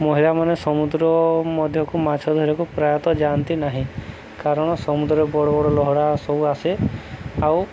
ମହିଳାମାନେ ସମୁଦ୍ର ମଧ୍ୟକୁ ମାଛ ଧରକୁ ପ୍ରାୟତଃ ଯାଆନ୍ତି ନାହିଁ କାରଣ ସମୁଦ୍ରରେ ବଡ଼ ବଡ଼ ଲହଡ଼ି ସବୁ ଆସେ ଆଉ